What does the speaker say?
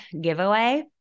giveaway